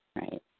Right